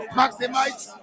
maximize